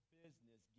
business